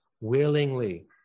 willingly